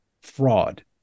fraud